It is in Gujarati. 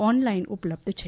ઓનલાઈન ઉપલબ્ધ છે